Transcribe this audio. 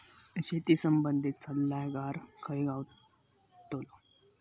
शेती संबंधित सल्लागार खय गावतलो?